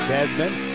Desmond